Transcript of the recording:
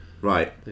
Right